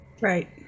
Right